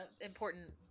important